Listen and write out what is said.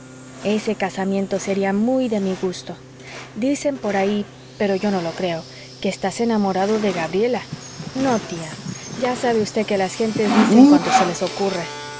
ese casamiento seria muy de mi gusto dicen por ahí pero yo no lo creo que estás enamorado de gabriela no tía ya sabe usted que las gentes dicen cuanto se les ocurre